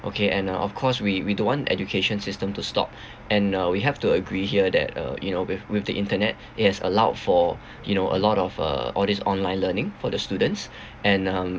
okay and uh of course we we don't want education system to stop and uh we have to agree here that uh you know with with the internet it has allowed for you know a lot of uh all these online learning for the students and um